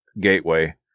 gateway